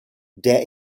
der